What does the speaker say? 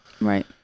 right